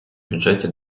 бюджеті